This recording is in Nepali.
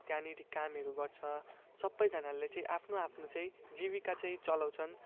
त्यहाँनिर कामहरू गर्छ सबैजनाले चाहिँ आफ्नो आफ्नो चाहिँ जीविका चाहिँ चलाउँछन्